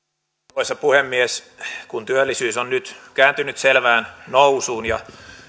arvoisa puhemies kun työllisyys on nyt kääntynyt selvään nousuun ja